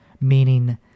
meaning